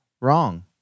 wrong